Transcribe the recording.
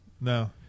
No